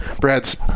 Brad's